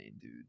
dude